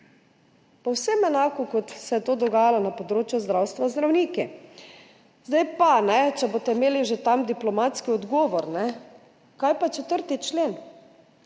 povsem enako, kot se je to dogajalo na področju zdravstva z zdravniki. Če boste imeli tam diplomatski odgovor, kaj pa 4. člen?